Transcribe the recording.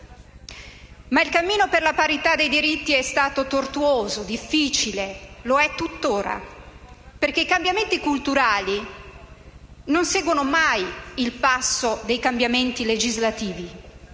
Ma il cammino per la parità dei diritti è stato tortuoso e difficile, e lo è tuttora, perché i cambiamenti culturali non seguono mai il passo dei cambiamenti legislativi.